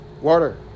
water